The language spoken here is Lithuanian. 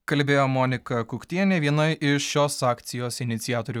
kalbėjo monika kuktienė viena iš šios akcijos iniciatorių